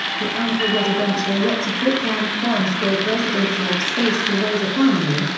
the ample residential lots of richland farms gave residents enough space to raise a family,